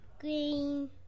Green